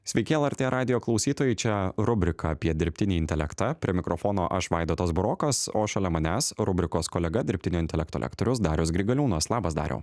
sveiki lrt radijo klausytojai čia rubrika apie dirbtinį intelektą prie mikrofono aš vaidotas burokas o šalia manęs rubrikos kolega dirbtinio intelekto lektorius darius grigaliūnas labas dariau